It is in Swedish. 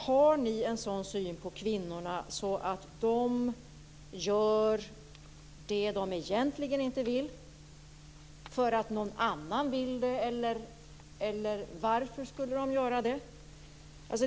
Har ni en sådan syn på kvinnorna att de gör det de egentligen inte vill därför att någon annan vill det, eller varför skulle de göra det?